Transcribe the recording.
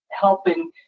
helping